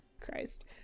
Christ